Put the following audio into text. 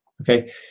okay